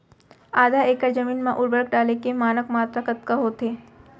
आधा एकड़ जमीन मा उर्वरक डाले के मानक मात्रा कतका होथे?